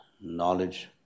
knowledge